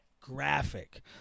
graphic